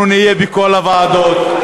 אנחנו נהיה בכל הוועדות,